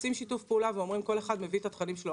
עושים שיתוף פעולה וכל אחד מביא את התכנים שלו.